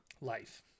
Life